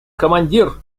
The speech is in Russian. командир